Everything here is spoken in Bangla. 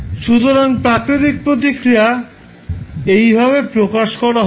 সুতরাং প্রাকৃতিক প্রতিক্রিয়া এইভাবে প্রকাশ করা হবে